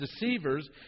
deceivers